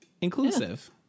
Inclusive